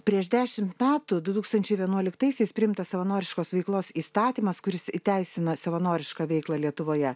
prieš dešimt metų du tūkstančiai vienuoliktaisiais priimtas savanoriškos veiklos įstatymas kuris įteisino savanorišką veiklą lietuvoje